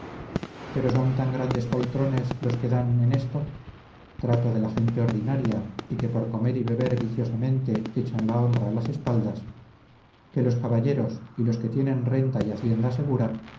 pero son tan grandes poltrones los que dan en esto trato de la gente ordinaria y que por comer y beber viciosamente echan la honra a las espaldas que los caballeros y los que tienen renta y hacienda segura